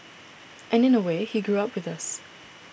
and in a way he grew up with us